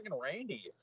Randy